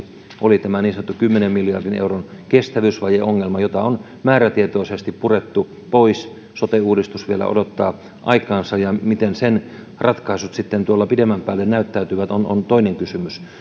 oli tämä niin sanottu kymmenen miljardin euron kestävyysvajeongelma jota on määrätietoisesti purettu pois sote uudistus vielä odottaa aikaansa ja se miten sen ratkaisut sitten tuolla pidemmän päälle näyttäytyvät on on toinen kysymys